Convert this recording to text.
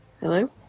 Hello